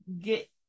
get